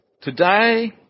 Today